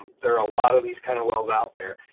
there are a lot of these kind of wells out there.